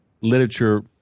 literature